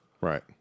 Right